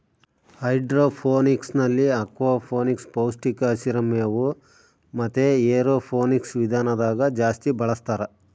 ಹೈಡ್ರೋಫೋನಿಕ್ಸ್ನಲ್ಲಿ ಅಕ್ವಾಫೋನಿಕ್ಸ್, ಪೌಷ್ಟಿಕ ಹಸಿರು ಮೇವು ಮತೆ ಏರೋಫೋನಿಕ್ಸ್ ವಿಧಾನದಾಗ ಜಾಸ್ತಿ ಬಳಸ್ತಾರ